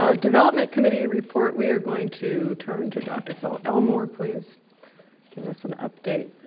ah development committee report we are going to turn to dr. phil elmore, please give us an update.